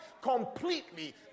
completely